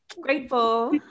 Grateful